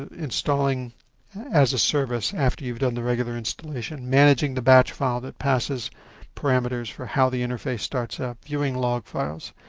installing as a service after you have done the regular installation, managing the batch file that passes parameters for how the interface starts up, viewing log files,